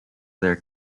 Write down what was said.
their